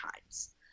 Times